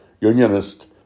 Unionist